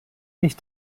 ich